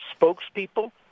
spokespeople